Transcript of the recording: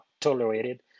tolerated